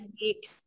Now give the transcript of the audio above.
weeks